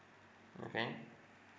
mm K